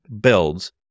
builds